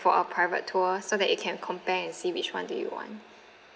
for a private tour so that you can compare and see which [one] do you want